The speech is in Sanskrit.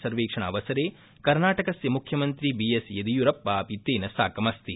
सर्वेक्षणावसरे कर्नाटकस्य मुख्यमन्त्री बीएस येदियुरप्पा अपि तेन साकमस्ति